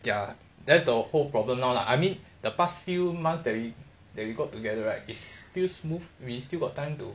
ya that's the whole problem now lah I mean the past few months that we that we got together right is still smooth we still got time to